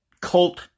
cult